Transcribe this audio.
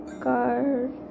card